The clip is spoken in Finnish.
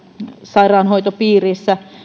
sairaanhoitopiireissä